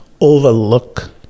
overlook